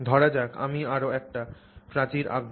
ধরা যাক আমি আরও একটি প্রাচীর আঁকব